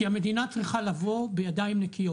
כי המדינה צריכה לבוא בידיים נקיות